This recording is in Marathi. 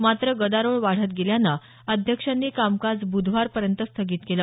मात्र गदारोळ वाढत गेल्यानं अध्यक्षांनी कामकाज ब्रधवारपर्यंत स्थगित केलं